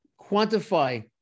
quantify